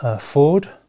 Ford